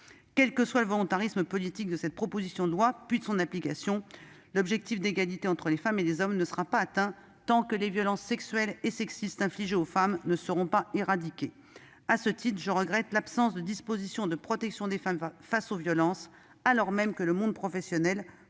quel que soit le volontarisme politique de cette proposition de loi, puis de son application, l'objectif d'égalité entre les femmes et les hommes ne sera pas atteint tant que les violences sexuelles et sexistes infligées aux femmes ne seront pas éradiquées. À ce titre, je regrette l'absence de dispositions de protection des femmes face aux violences, alors même que le monde professionnel pourrait